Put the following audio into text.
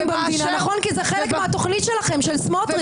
במדינה כי זה חלק מהתוכנית שלכם של סמוטריץ,